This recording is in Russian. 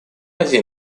азии